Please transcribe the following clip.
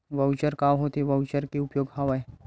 Voucher का होथे voucher के का उपयोग हवय?